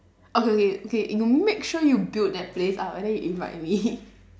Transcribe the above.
okay okay okay you make sure you build that place up and then you invite me